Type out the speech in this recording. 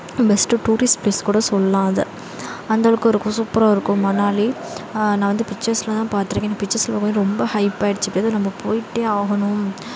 best tourist place கூட சொல்லாம் அதை அந்தளவுக்கு இருக்கும் சூப்பராக இருக்கும் மணாலி நான் வந்து பிச்சர்ஸில் தான் பார்த்துருக்கேன் எனக்கு பிச்சர்ஸில் பார்க்கும் போது ரொம்ப ஹைப் ஆகிடுச்சி எப்படியாது நம்ம போய்ட்டே ஆகணும்